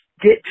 get